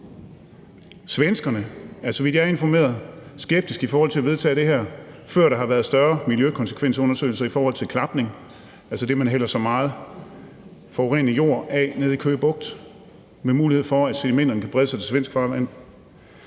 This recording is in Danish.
Svenskerne er, så vidt jeg er informeret, skeptiske i forhold til at vedtage det her, før der har været større miljøkonsekvensundersøgelser i forhold til klapning, altså det, at man hælder så meget forurenet jord af nede i Køge Bugt med mulighed for, at sedimenterne kan brede sig til svensk farvand.